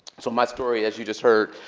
so my story, as you just heard,